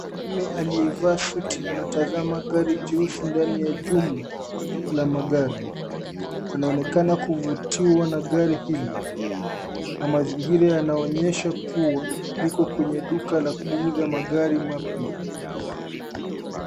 Mume aliyevaa suti anatazama gari jeusi ndani ya jumba la magari. Anaonekana kuvutiwa na gari hilo na mazingira yanaonyesha kuwa yuko kwenye duka la kuuza magari mapya.